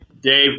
Dave